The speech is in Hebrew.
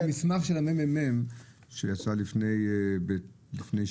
במסמך של הממ"מ שיצא לפני שנה,